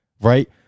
right